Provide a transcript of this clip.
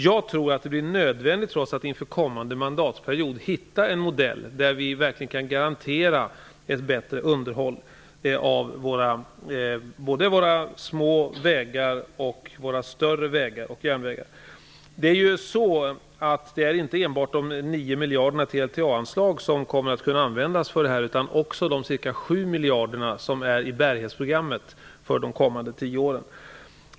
Inför kommande mandatperiod tror jag trots allt att det blir nödvändigt att hitta en modell där vi verkligen kan garantera ett bättre underhåll både av våra små vägar och av våra större vägar och järnvägar. Det är inte enbart de 9 miljarderna i LTA-anslag som kommer att kunna användas för detta, utan det kan också de ca 7 miljarderna i bärighetsprogrammet för de kommande tio åren.